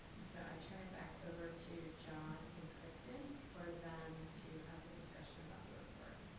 and so i turn it back over to john and kristen for them to have the discussion about the report.